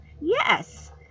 Yes